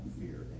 fear